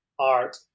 art